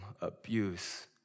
abuse